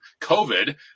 COVID